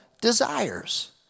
desires